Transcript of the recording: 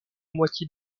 moitié